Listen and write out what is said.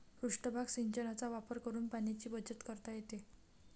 पृष्ठभाग सिंचनाचा वापर करून पाण्याची बचत करता येते